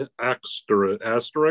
asterisk